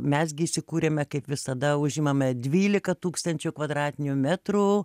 mes gi įsikūrėme kaip visada užimame dvylika tūkstančių kvadratinių metrų